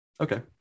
okay